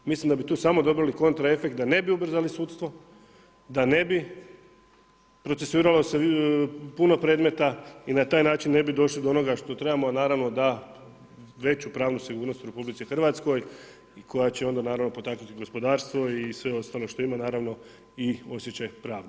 Mislim da bi tu samo dobili kontraefekt da ne bi ubrzali sudstvo, da ne bi procesuiralo se puno predmeta i na taj način ne bi došli do onoga što trebamo, a naravno da veću pravnu sigurnost u RH koja će onda potaknuti gospodarstvo i sve ostalo što ima, naravno i osjećaj pravde.